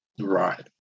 Right